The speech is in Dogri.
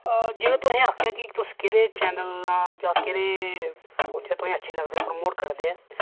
जियां तुसें आखेआ कि अस केह्ड़े चैनल जां केह्ड़े जेह्ड़े तुसेंगी अच्छे लगदे प्रमोट करदे ऐ